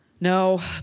No